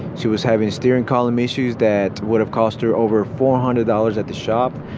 she was having steering column issues that would've cost her over four hundred dollars at the shop.